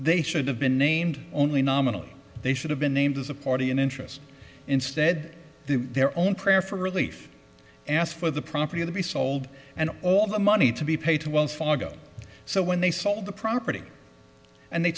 they should have been named only nominally they should have been named as a party in interest instead their own prayer for relief asked for the property to be sold and all the money to be paid to wells fargo so when they sold the property and they